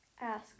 Ask